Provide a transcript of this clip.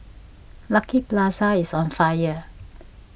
Lucky Plaza is on fire